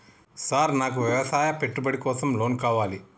Sir నాకు వ్యవసాయ పెట్టుబడి కోసం లోన్ కావాలి?